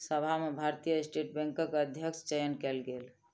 सभा में भारतीय स्टेट बैंकक अध्यक्षक चयन कयल गेल